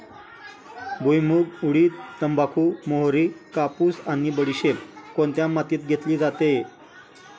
भुईमूग, उडीद, तंबाखू, मोहरी, कापूस आणि बडीशेप कोणत्या मातीत घेतली जाते?